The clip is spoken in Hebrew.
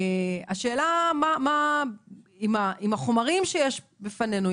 השאלה עם החומרים שיש בפנינו,